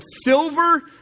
silver